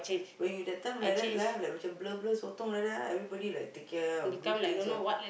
when you that time like that lah like macam blur blur sotong like that ah everybody like take care or do things all